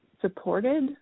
supported